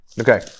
Okay